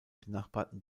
benachbarten